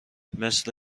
مثل